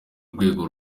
urwego